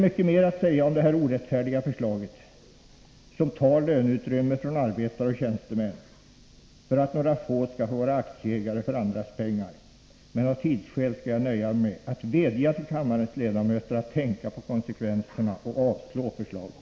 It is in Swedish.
Mycket mer vore att säga om detta orättfärdiga förslag, som tar löneutrymme från arbetare och tjänstemän för att några skall få vara aktieägare för andras pengar, men av tidsskäl skall jag nöja mig med att vädja till kammarens ledamöter att tänka på konsekvenserna och avslå förslaget.